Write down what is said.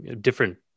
different